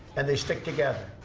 and they stick together.